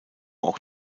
auch